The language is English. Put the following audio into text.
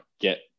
get